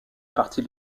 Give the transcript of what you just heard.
partie